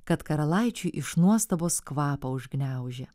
kad karalaičiui iš nuostabos kvapą užgniaužė